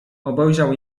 obejrzał